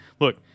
Look